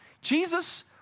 Jesus